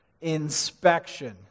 inspection